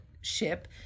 ship